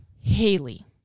Haley